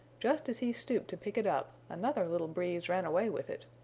just as he stooped to pick it up another little breeze ran away with it.